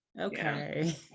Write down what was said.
okay